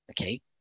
okay